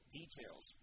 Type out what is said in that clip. details